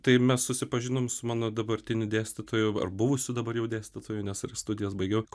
tai ir mes susipažinom su mano dabartinių dėstytojų ar buvusiu dabar jau dėstytoju nes ir studijas baigiau